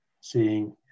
seeing